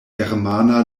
germana